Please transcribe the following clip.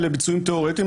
אלה ביצועים תיאורטיים,